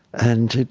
and